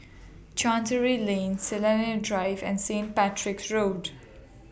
Chancery Lane Sinaran Drive and Saint Patrick's Road